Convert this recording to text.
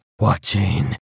Watching